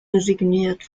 resigniert